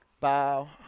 bow